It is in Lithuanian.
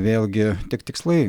vėlgi tik tikslai